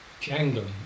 jangling